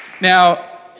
Now